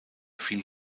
viel